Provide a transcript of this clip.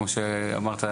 כמו שאמרת,